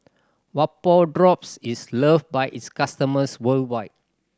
vapodrops is loved by its customers worldwide